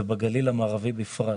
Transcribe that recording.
ובגליל המערבי בפרט.